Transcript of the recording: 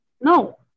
No